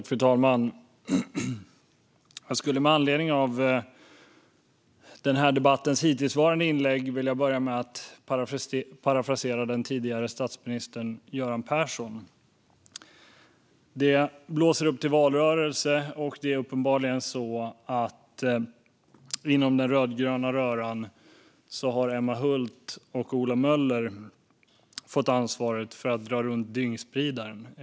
Fru talman! Jag skulle med anledning av inläggen hittills i denna debatt vilja börja med att parafrasera den tidigare statsministern Göran Persson: Det blåser upp till valrörelse, och inom den rödgröna röran är det uppenbarligen Emma Hult och Ola Möller som fått ansvaret att dra runt dyngspridaren.